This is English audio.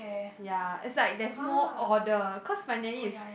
ya it's like there's more order cause my nanny is